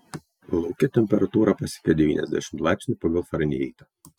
lauke temperatūra pasiekė devyniasdešimt laipsnių pagal farenheitą